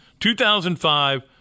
2005